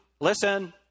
listen